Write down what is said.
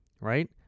right